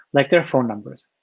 like their phone numbers.